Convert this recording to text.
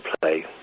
play